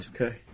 okay